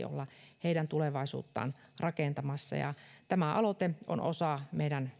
olla heidän tulevaisuuttaan rakentamassa tämä aloite on osa meidän